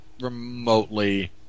remotely